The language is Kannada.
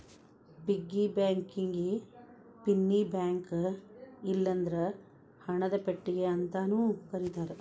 ಪಿಗ್ಗಿ ಬ್ಯಾಂಕಿಗಿ ಪಿನ್ನಿ ಬ್ಯಾಂಕ ಇಲ್ಲಂದ್ರ ಹಣದ ಪೆಟ್ಟಿಗಿ ಅಂತಾನೂ ಕರೇತಾರ